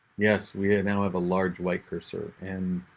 yes, we now have a large white cursor and